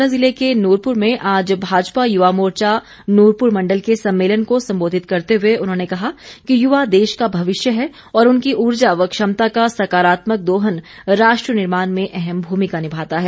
कांगड़ा जिले के नूरपूर में आज भाजपा यूवा मोर्चा नूरपुर मंडल के सम्मेलन को संबोधित करते हुए उन्होंने कहा कि यूवा देश का भविष्य है और उनकी ऊर्जा व क्षमता का सकारात्मक दोहन राष्ट्र निर्माण में अहम भूमिका निभाता है